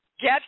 get